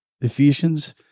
Ephesians